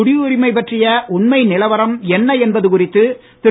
குடியுரிமை பற்றிய உண்மை நிலவரம் என்ன என்பது குறித்து திரு